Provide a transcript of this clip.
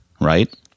right